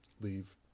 leave